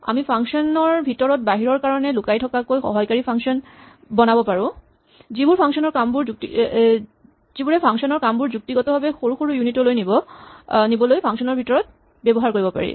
আমি ফাংচন ৰ ভি্তৰত বাহিৰৰ কাৰণে লুকাই থকাকৈ সহায়কাৰী ফাংচন বনাব পাৰো যিবোৰ ক ফাংচন ৰ কামবোৰ যুক্তিগতভাৱে সৰু সৰু য়ুনিট লৈ নিবলৈ ফাংচন ৰ ভিতৰত ব্যৱহাৰ কৰিব পাৰি